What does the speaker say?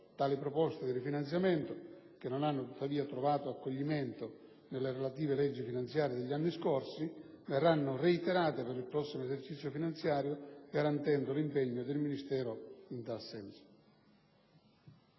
Tali proposte di rifinanziamento, che non hanno tuttavia trovato accoglimento nelle relative leggi finanziarie degli anni scorsi, verranno reiterate per il prossimo esercizio finanziario, garantendo l'impegno del Ministero in tal senso.